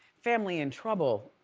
family in trouble.